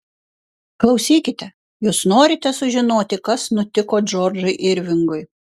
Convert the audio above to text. klausykite jūs norite sužinoti kas nutiko džordžui irvingui